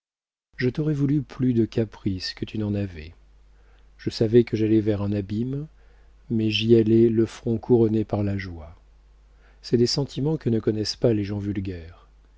je t'aurais voulu plus de caprices que tu n'en avais je savais que j'allais vers un abîme mais j'y allais le front couronné par la joie c'est des sentiments que ne connaissent pas les gens vulgaires